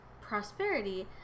prosperity